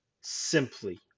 simply